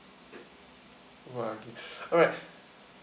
wagyu alright